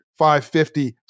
550